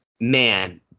Man